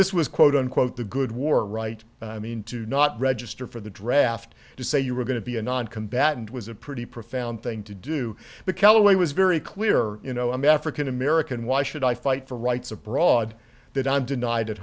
this was quote unquote the good war right i mean to not register for the draft to say you were going to be a noncombatant was a pretty profound thing to do but callaway was very clear you know i'm african american why should i fight for rights of broad that i'm denied at